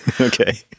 Okay